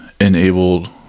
enabled